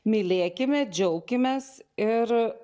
mylėkime džiaukimės ir